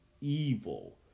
evil